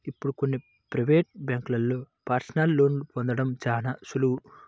ఇప్పుడు కొన్ని ప్రవేటు బ్యేంకుల్లో పర్సనల్ లోన్ని పొందడం చాలా సులువు